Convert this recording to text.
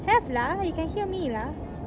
have lah you can hear me lah